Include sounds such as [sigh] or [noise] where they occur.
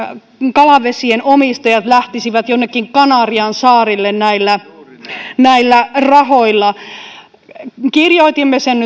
kalavesien omistajat lähtisivät jonnekin kanariansaarille näillä näillä rahoilla kirjoitimme sen [unintelligible]